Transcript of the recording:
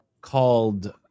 called